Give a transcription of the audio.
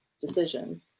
decision